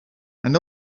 and